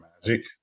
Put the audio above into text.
Magic